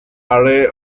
array